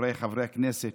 חבריי חברי הכנסת,